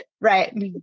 right